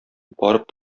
барып